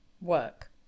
work